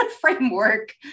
framework